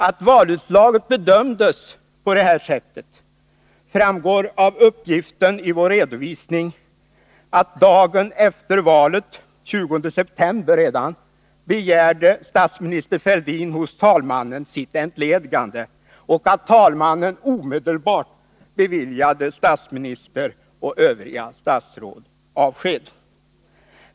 Att valutslaget bedömdes vara så klart framgår av uppgiften i vår redovisning att statsminister Fälldin redan dagen efter valet, den 20 september, hos talmannen begärde sitt entledigande och att talmannen omedelbart beviljade statsminister och övriga statsråd avsked.